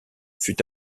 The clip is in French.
fut